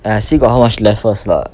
!aiya! see got how much less first lah